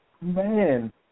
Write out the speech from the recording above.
Man